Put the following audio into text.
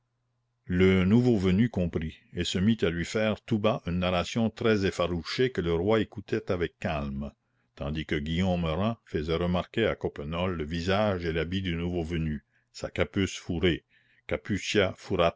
le nouveau venu comprit et se mit à lui faire tout bas une narration très effarouchée que le roi écoutait avec calme tandis que guillaume rym faisait remarquer à coppenole le visage et l'habit du nouveau venu sa capuce fourrée caputia